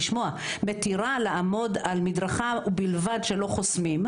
לשמוע מתירה לעמוד על מדרכה ובלבד שלא חוסמים.